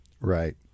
Right